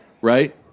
right